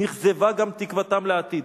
"נכזבה גם תקוותם לעתיד".